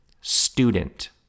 Student